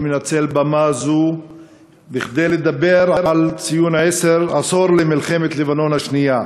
אני מנצל במה זו כדי לדבר על ציון עשור למלחמת לבנון השנייה,